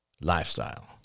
lifestyle